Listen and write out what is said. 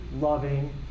loving